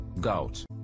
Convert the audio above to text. gout